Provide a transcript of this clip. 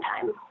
time